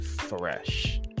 fresh